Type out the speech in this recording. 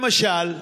למשל: